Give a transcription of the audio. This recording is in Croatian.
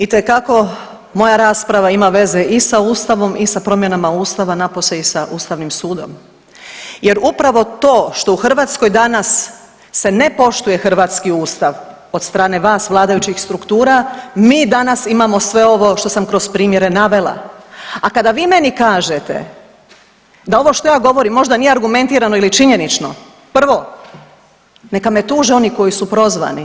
Itekako moja rasprava ima veze i sa Ustavom i sa promjenama Ustava napose i sa Ustavnim sudom jer upravo to što u Hrvatskoj danas se ne poštuje hrvatski Ustav od strane vas vladajućih struktura mi danas imamo sve ovo što sam kroz primjere navela, a kada vi meni kažete da ovo što ja govorim da možda nije argumentirano ili činjenično, prvo neka me tuže oni koji su prozvani.